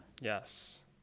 Yes